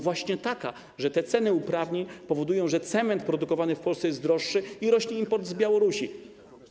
Właśnie takie, że te ceny uprawnień powodują, że cement produkowany w Polsce jest droższy i rośnie import z Białorusi.